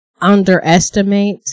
underestimate